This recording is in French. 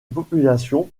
population